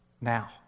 Now